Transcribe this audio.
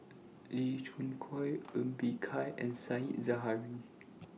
Lee Khoon Choy Ng Bee Kia and Said Zahari